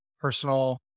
personal